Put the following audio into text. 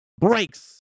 brakes